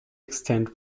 extend